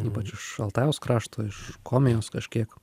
ypač iš altajaus krašto iš komijos kažkiek